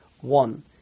One